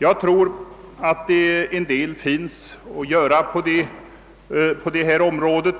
Jag tror att en del finns att göra på detta område,